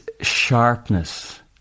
sharpness